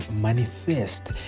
manifest